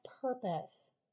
purpose